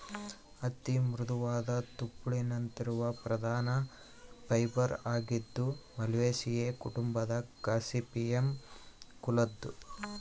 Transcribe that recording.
ಹತ್ತಿ ಮೃದುವಾದ ತುಪ್ಪುಳಿನಂತಿರುವ ಪ್ರಧಾನ ಫೈಬರ್ ಆಗಿದ್ದು ಮಾಲ್ವೇಸಿಯೇ ಕುಟುಂಬದ ಗಾಸಿಪಿಯಮ್ ಕುಲದ್ದು